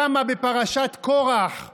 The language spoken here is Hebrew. קמה בפרשת קרח בד'